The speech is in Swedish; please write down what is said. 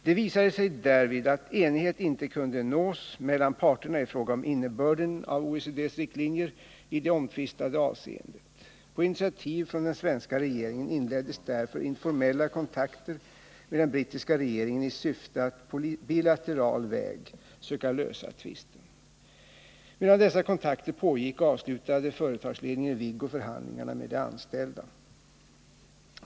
Det visade sig därvid att enighet inte kunde nås mellan parterna i fråga om innebörden av OECD:s riktlinjer i det omtvistade avseendet. På initiativ från den svenska regeringen inleddes därför informella kontakter med den brittiska regeringen i syfte att på bilateral väg söka lösa tvisten. Medan dessa kontakter pågick avslutade företagsledningen i Viggo förhandlingarna med de anställda.